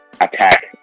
attack